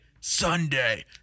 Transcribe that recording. Sunday